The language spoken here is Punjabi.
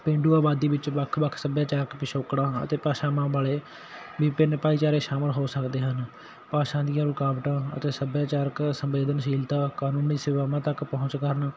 ਪੇਂਡੂ ਆਬਾਦੀ ਵਿੱਚ ਵੱਖ ਵੱਖ ਸੱਭਿਆਚਾਰਕ ਪਿਛੋਕੜਾਂ ਅਤੇ ਭਾਸ਼ਾਵਾਂ ਵਾਲੇ ਵੀ ਪਿੰਡ ਭਾਈਚਾਰੇ ਸ਼ਾਮਿਲ ਹੋ ਸਕਦੇ ਹਨ ਭਾਸ਼ਾ ਦੀਆਂ ਰੁਕਾਵਟਾਂ ਅਤੇ ਸੱਭਿਆਚਾਰਕ ਸੰਵੇਦਨਸ਼ੀਲਤਾ ਕਾਨੂੰਨੀ ਸੇਵਾਵਾਂ ਤੱਕ ਪਹੁੰਚ ਕਰਨ